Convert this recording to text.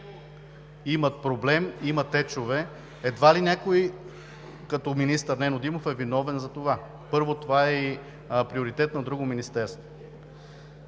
има проблем, има течове. Едва ли някой като министър Нено Димов е виновен за това. После, това е приоритет на друго министерство.